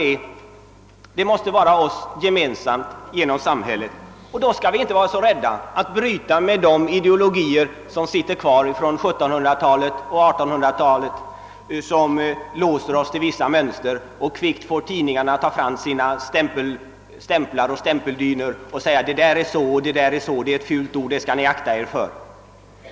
Jo, det måste vara vi alla, samhället. Då får vi inte heller vara så rädda att bryta med de ideologier som finns kvar från 1700 talet och 1800-talet och som låser oss vid vissa mönster och kvickt får tidningarna att ta fram sina stämplar och stämpeldynor och varna för fula ord.